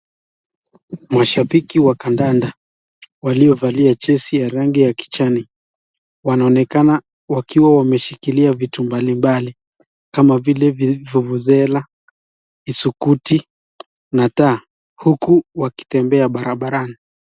Mashabiki wa kandanda waliovalia jezi ya rangi ya kijani wanaonekana wakiwa wameshikilia vitu mbalimbali kama vile vuvuzela, isukuti na taa huku wakitembea barabarani.